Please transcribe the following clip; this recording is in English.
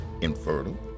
infertile